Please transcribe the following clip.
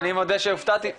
ואני מודה שהופתעתי,